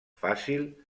fàcil